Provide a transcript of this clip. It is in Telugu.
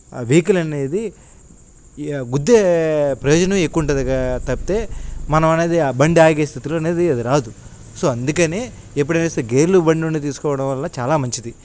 ఆ వెహికల్ అనేది గుద్దే ప్రయోజనం ఎక్కువ ఉంటుంది తప్పితే మనం అనేది ఆ బండి ఆగే స్థితిలో అనేది అది రాదు సో అందుకని ఎప్పుడైనా సరే గేర్లు బండి ఉండే తీసుకోవడం వల్ల చాలా మంచిది